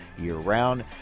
year-round